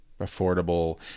affordable